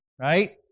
right